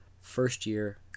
first-year